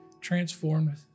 transformed